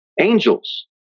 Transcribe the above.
angels